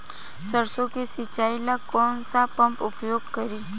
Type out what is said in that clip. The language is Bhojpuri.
सरसो के सिंचाई ला कौन सा पंप उपयोग करी?